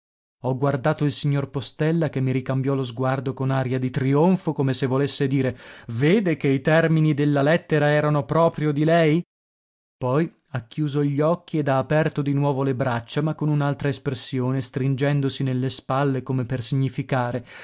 ho guardato il signor postella che mi ricambiò lo sguardo con aria di trionfo come se volesse dire vede che i termini della lettera erano proprio di lei poi ha chiuso gli occhi ed ha aperto di nuovo le braccia ma con un'altra espressione stringendosi nelle spalle come per significare